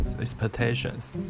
expectations